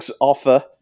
offer